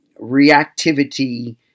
reactivity